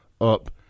up